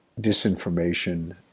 disinformation